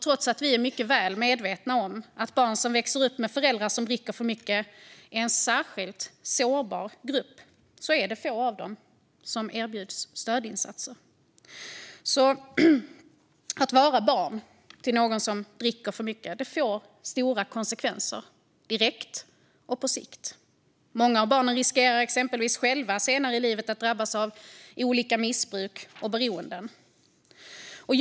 Trots att vi är mycket väl medvetna om att barn som växer upp med föräldrar som dricker för mycket är en särskilt sårbar grupp är det få av dem som erbjuds stödinsatser. Att vara barn till någon som dricker för mycket får alltså stora konsekvenser, direkt och på sikt. Många av barnen riskerar exempelvis att själva drabbas av olika missbruk och beroenden senare i livet.